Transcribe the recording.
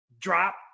drop